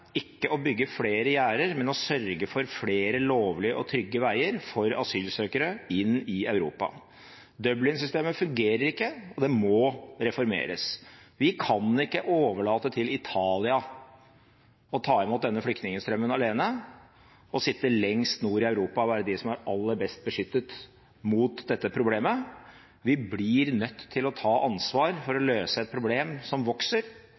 ikke å bygge flere gjerder, men å sørge for flere lovlige og trygge veier for asylsøkere inn i Europa. Dublin-systemet fungerer ikke, og det må reformeres. Vi kan ikke overlate til Italia å ta imot denne flyktningstrømmen alene og sitte lengst nord i Europa og være de som er aller best beskyttet mot dette problemet. Vi blir nødt til å ta ansvar for å løse et problem som vokser.